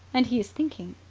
and he is thinking,